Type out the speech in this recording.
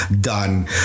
done